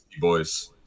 boys